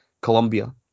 Colombia